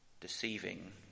deceiving